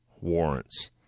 warrants